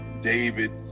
David